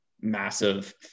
massive